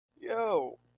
Yo